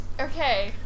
Okay